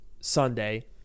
Sunday